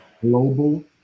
global